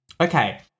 Okay